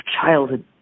childhood